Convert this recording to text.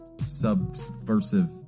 subversive